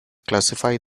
classify